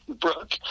Brooke